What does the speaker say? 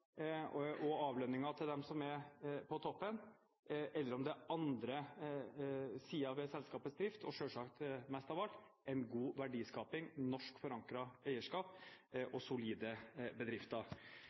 lederlønninger og avlønninger til dem som er på toppen, eller om det er andre sider ved selskapets drift, og selvsagt mest av alt: en god verdiskaping, norsk forankret eierskap